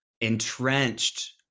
entrenched